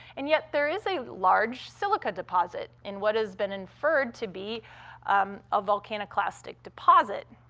and yet there is a large silica deposit in what has been inferred to be um a volcaniclastic deposit.